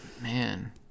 man